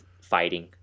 fighting